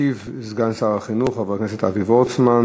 ישיב סגן שר החינוך חבר הכנסת אבי וורצמן.